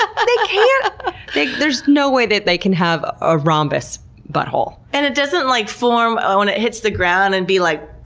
ah but yeah ah there's no way that they can have a rhombus butthole. and it doesn't like form when it hits the ground and be like?